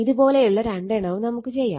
ഇത് പോലെയുള്ള രണ്ടെണ്ണവും നമുക്ക് ചെയ്യാം